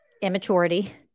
immaturity